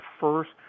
first